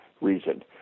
reason